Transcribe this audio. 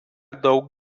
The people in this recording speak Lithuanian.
daug